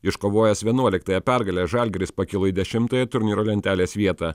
iškovojęs vienuoliktąją pergalę žalgiris pakilo į dešimtąją turnyro lentelės vietą